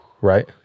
Right